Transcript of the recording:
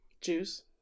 Juice